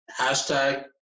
hashtag